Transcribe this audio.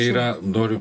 yra noriu